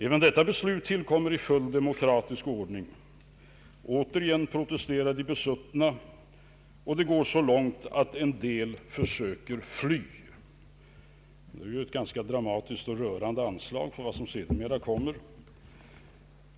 Även detta beslut tillkommer i fullt demokratisk ordning. Återigen protesterar de besuttna och det går så långt att en del försöker fly.” Det är ju ett ganska dramatiskt och rörande anslag för vad som sedermera kommer.